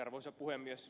arvoisa puhemies